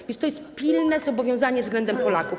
A więc to jest pilne zobowiązanie względem Polaków.